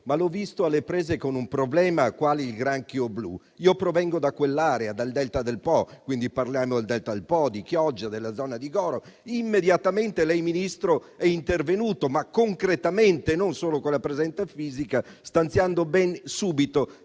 ma l'ho visto alle prese con un problema quale il granchio blu. Io provengo dall'area interessata, il delta del Po', l'area di Chioggia e la zona di Goro. Immediatamente lei, Ministro, è intervenuto concretamente, non solo con la presenza fisica, stanziando subito